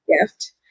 gift